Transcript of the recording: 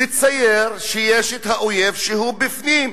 לצייר שיש את האויב שהוא בפנים.